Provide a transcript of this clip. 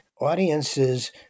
audiences